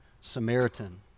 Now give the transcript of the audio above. Samaritan